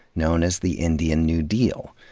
known as the indian new deal.